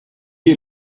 est